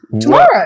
Tomorrow